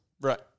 Right